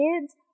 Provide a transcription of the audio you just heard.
kids